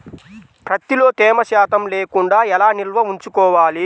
ప్రత్తిలో తేమ శాతం లేకుండా ఎలా నిల్వ ఉంచుకోవాలి?